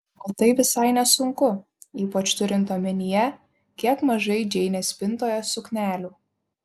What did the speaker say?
o tai visai nesunku ypač turint omenyje kiek mažai džeinės spintoje suknelių